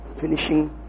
finishing